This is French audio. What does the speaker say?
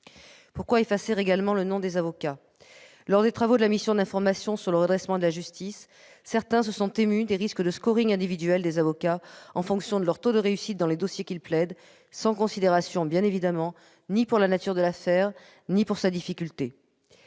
Pourquoi effacer également le nom des avocats ? Lors des travaux de la mission d'information sur le redressement de la justice, certains se sont émus des risques de individuel des avocats, en fonction de leur taux de réussite dans les dossiers qu'ils plaident, sans considération, évidemment, ni pour la nature de l'affaire ni pour sa difficulté.